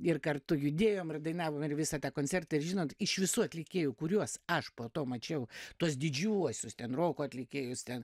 ir kartu judėjom dainavome ir visą tą koncertą ir žinot iš visų atlikėjų kuriuos aš po to mačiau tuos didžiuosius ten roko atlikėjus ten